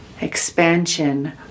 expansion